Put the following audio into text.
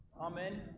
Amen